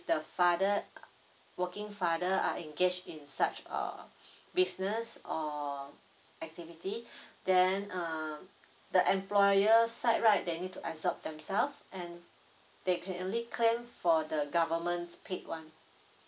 the father uh working father are engaged in such err business or activity then um the employer's side right they need to absorb themselves and they can only claim for the government's paid one